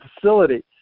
facility